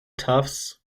tufts